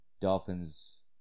Dolphins